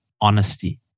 honesty